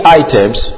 items